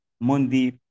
Monday